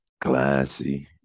classy